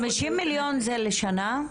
50 מיליון זה לשנה?